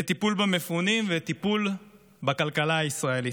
לטיפול במפונים ולטיפול בכלכלה הישראלית,